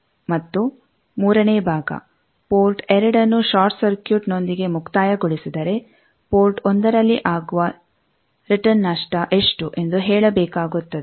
ಮತ್ತು ಮೂರನೇ ಭಾಗ ಪೋರ್ಟ್2ನ್ನು ಷಾರ್ಟ್ ಸರ್ಕ್ಯೂಟ್ನೊಂದಿಗೆ ಮುಕ್ತಾಯಗೊಳಿಸಿದರೆ ಪೋರ್ಟ್1ರಲ್ಲಿ ಆಗುವ ರಿಟರ್ನ್ ನಷ್ಟ ಎಷ್ಟು ಎಂದು ಹೇಳಬೇಕಾಗುತ್ತದೆ